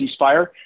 ceasefire